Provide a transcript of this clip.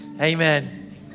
Amen